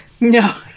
no